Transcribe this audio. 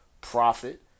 profit